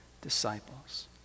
disciples